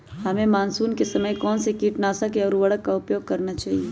हमें मानसून के समय कौन से किटनाशक या उर्वरक का उपयोग करना चाहिए?